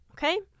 Okay